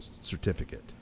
certificate